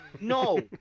no